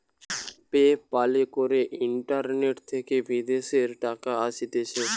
pay প্যালে করে internet থেকে বিদেশের টাকা আসতিছে